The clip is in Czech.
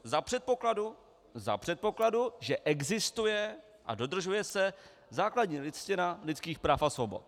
Za předpokladu za předpokladu, že existuje a dodržuje se základní listina lidských práv a svobod.